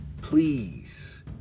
please